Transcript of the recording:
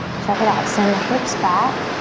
check it out, send the hips back,